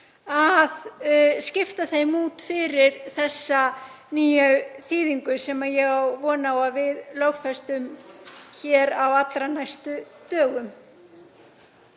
að skipta þeim út fyrir þessa nýju þýðingu sem ég á von á að við lögfestum hér á allra næstu dögum.